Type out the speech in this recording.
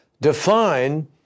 define